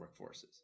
workforces